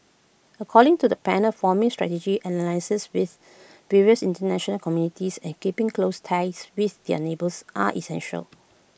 according to the panel forming strategic alliances with various International communities and keeping close ties with their neighbours are essential